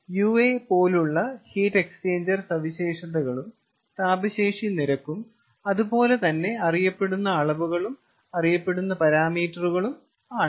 UA പോലുള്ള heat exchanger സവിശേഷതകളും താപശേഷി നിരക്കും അതുപോലെ തന്നെ അറിയപ്പെടുന്ന അളവുകളും അറിയപ്പെടുന്ന പാരാമീറ്ററുകളും ആണ്